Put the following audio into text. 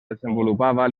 desenvolupava